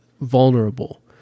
vulnerable